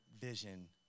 vision